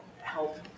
help